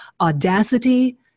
audacity